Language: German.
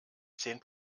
zehn